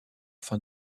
fin